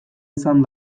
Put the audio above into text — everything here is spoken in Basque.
izan